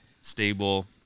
stable